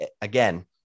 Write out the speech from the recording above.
again